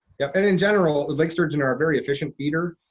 yeah, and in general, lake sturgeon are a very efficient feeder.